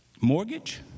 Mortgage